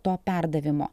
to perdavimo